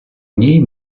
ній